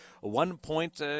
one-point